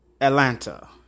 Atlanta